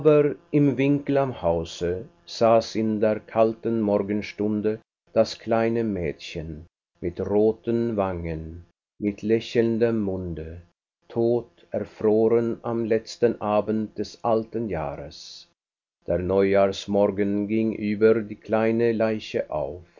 im winkel am hause saß in der kalten morgenstunde das kleine mädchen mit roten wangen mit lächelndem munde tot erfroren am letzten abend des alten jahres der neujahrsmorgen ging über die kleine leiche auf